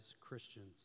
Christians